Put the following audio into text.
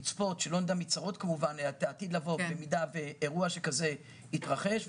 לצפות את העתיד לבוא במידה שאירוע שכזה יתרחש חלילה.